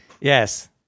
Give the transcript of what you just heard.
yes